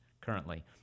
currently